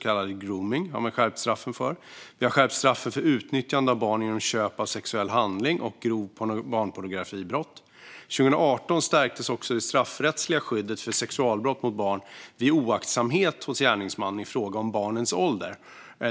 Vi har även skärpt straffen för utnyttjande av barn inom köp av sexuell handling och för grovt barnpornografibrott. År 2018 stärktes dessutom det straffrättsliga skyddet för sexualbrott mot barn vid oaktsamhet hos gärningsmannen i fråga om barnets ålder.